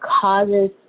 causes